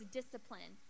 discipline